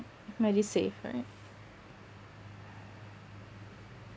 medisave right